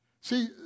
See